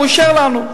הוא אישר לנו.